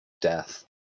death